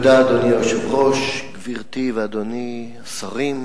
אדוני היושב-ראש, תודה, גברתי ואדוני השרים,